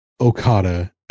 Okada